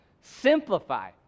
Simplify